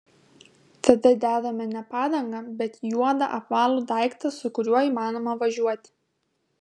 tada dedame ne padangą bet juodą apvalų daiktą su kuriuo įmanoma važiuoti